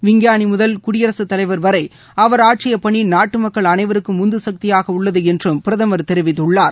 விஞ்ஞானி முதல் குடியரசுத் தலைவர் வரை அவர் ஆற்றிய பணி நாட்டு மக்கள் அனைவருக்கும் உந்து சக்தியாக உள்ளது என்றும் பிரதமர் தெரிவித்துள்ளார்